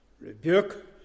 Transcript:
rebuke